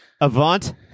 Avant